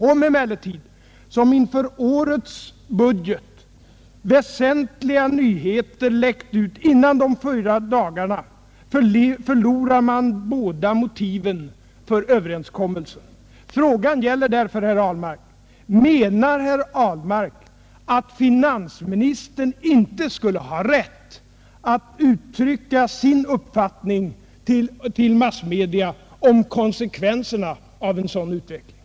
Om emellertid, som inför årets budget, väsentliga nyheter läckt ut innan de fyra dagarna, förlorar man båda motiven för överenskommelsen. Frågan gäller därför, herr Ahlmark: Menar herr Ahlmark att finansministern inte skulle ha rätt att till massmedia uttrycka sin uppfattning om konsekvenserna av en sådan utveckling?